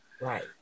right